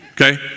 Okay